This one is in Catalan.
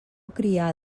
crià